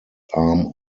arm